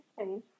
okay